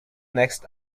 next